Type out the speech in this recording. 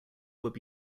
would